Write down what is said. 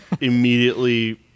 immediately